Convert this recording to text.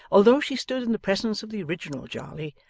although she stood in the presence of the original jarley,